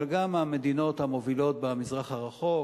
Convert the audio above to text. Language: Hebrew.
אבל גם המדינות המובילות במזרח הרחוק,